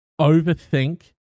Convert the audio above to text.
overthink